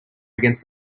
against